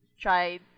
try